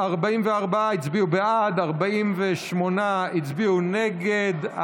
44 הצביעו בעד, 48 הצביעו נגד.